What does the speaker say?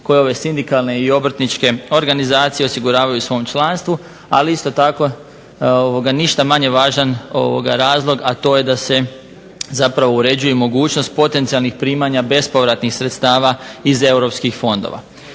koji ove sindikalne i obrtničke organizacije osiguravaju svom članstvu, ali isto tako ništa manje važan razlog, a to je da se zapravo uređuje mogućnost potencijalnih primanja bespovratnih sredstava iz europskih fondova.